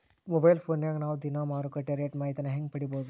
Mobile ಫೋನ್ಯಾಗ ನಾವ್ ದಿನಾ ಮಾರುಕಟ್ಟೆ ರೇಟ್ ಮಾಹಿತಿನ ಹೆಂಗ್ ಪಡಿಬೋದು?